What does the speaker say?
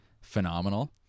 Phenomenal